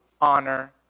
honor